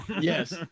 Yes